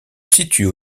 situent